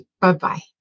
Bye-bye